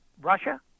Russia